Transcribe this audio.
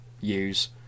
use